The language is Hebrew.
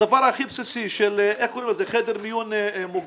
הדבר הכי בסיסי של חדר מיון מוגן,